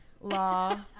law